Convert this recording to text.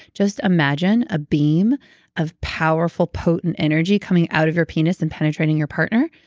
just imagine a beam of powerful, potent energy coming out of your penis and penetrating your partner